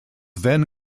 then